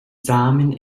samen